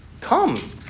Come